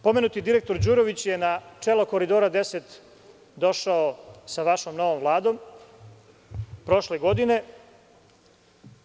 Pomenuti direktor Đurović je na čelo Koridora 10 došao sa vašom novom Vladom, prošle godine.